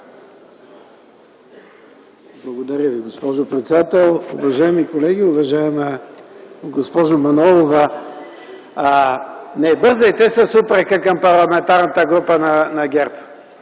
Благодаря Ви, госпожо председател. Уважаеми колеги, уважаема госпожо Манолова! Не бързайте с упрека към Парламентарната група на ГЕРБ,